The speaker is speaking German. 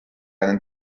einen